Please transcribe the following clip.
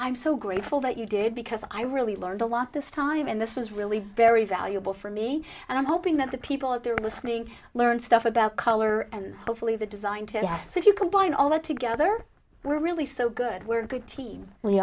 i'm so grateful that you did because i really learned a lot this time and this was really very valuable for me and i'm hoping that the people there are listening learn stuff about color and hopefully the design tests if you combine all that together we're really so good we're good team we